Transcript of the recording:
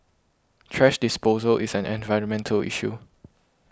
thrash disposal is an environmental issue